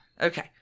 Okay